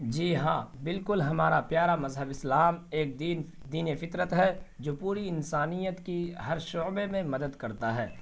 جی ہاں بالکل ہمارا پیارا مذہب اسلام ایک دین دین فطرت ہے جو پوری انسانیت کی ہر شعبے میں مدد کرتا ہے